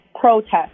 protest